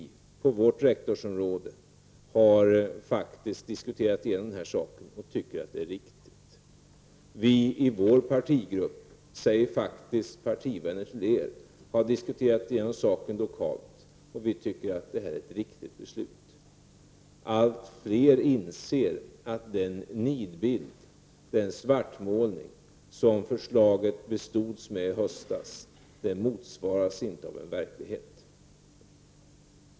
Inom olika rektorsområden har saken diskuterats och man anser att beslutet var riktigt. Partivänner till er har diskuterat saken lokalt och även de anser detta vara ett riktigt beslut. Allt fler inser att den nidbild och den svartmålning som förslaget bestods med inte motsvaras av någon verklighet.